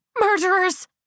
murderers